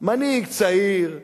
מנהיג צעיר בעדה,